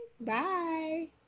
bye